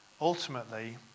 ultimately